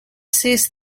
sees